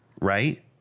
Right